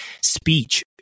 speech